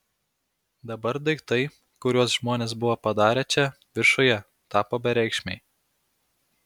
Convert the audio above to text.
dabar daiktai kuriuos žmonės buvo padarę čia viršuje tapo bereikšmiai